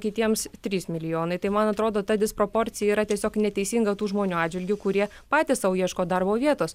kitiems trys milijonai tai man atrodo ta disproporcija yra tiesiog neteisinga tų žmonių atžvilgiu kurie patys sau ieško darbo vietos